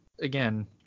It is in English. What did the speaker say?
again